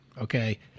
Okay